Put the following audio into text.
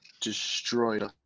destroyed